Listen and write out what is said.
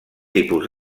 tipus